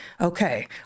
Okay